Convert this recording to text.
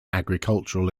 agricultural